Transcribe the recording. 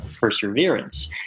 perseverance